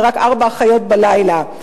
ורק ארבע אחיות בלילה.